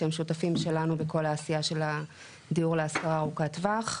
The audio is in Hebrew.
שהם שותפים שלנו בכל העשייה של הדיור להשכרה ארוכת טווח.